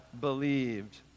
believed